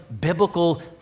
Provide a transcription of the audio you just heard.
biblical